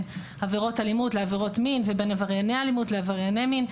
עבירות אלימות לעבירות מין ובין עברייני אלימות לעברייני מין.